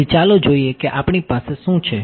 તેથી ચાલો જોઈએ કે આપણી પાસે શું છે